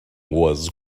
was